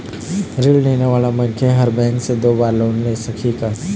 ऋण लेने वाला मनखे हर बैंक से दो बार लोन ले सकही का?